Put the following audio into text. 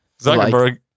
Zuckerberg